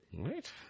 Right